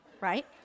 right